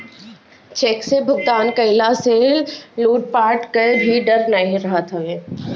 check से भुगतान कईला से लूटपाट कअ भी डर नाइ रहत बाटे